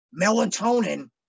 Melatonin